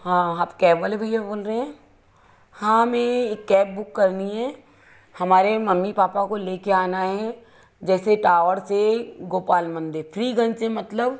हाँ आप कैब वाले भईया बोल रहे है हाँ हमें एक कैब बुक करनी है हमारे मम्मी पापा को लेकर आना है जैसे टावर से गोपाल मंदिर फ्रीगंज से मतलब